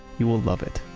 you will love it.